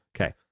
Okay